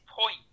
point